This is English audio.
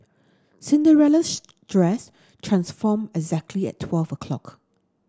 cinderella's dress transformed exactly at twelve o' clock